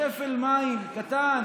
בספל מים קטן